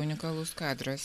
unikalus kadras